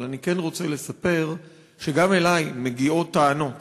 אבל אני כן רוצה לספר שגם אלי מגיעות טענות